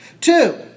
Two